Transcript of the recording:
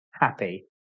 happy